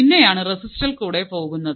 പിന്നെയാണ് റെസിസ്റ്ററിൽ കൂടെ പോകുന്നത്